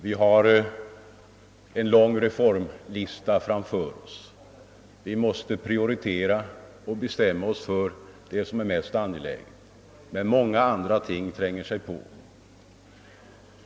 Vi har en lång reformlista framför oss, och vi måste prioritera och bestämma oss för det som vi anser vara mest angeläget. Men många andra ting tränger sig på.